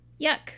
Yuck